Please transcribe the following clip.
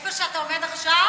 איפה שאתה עומד עכשיו?